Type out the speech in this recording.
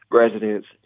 residents